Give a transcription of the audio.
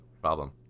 problem